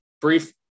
brief